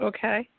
Okay